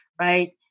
right